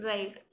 Right